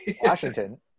Washington